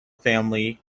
family